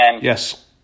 Yes